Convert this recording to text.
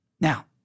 now